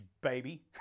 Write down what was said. baby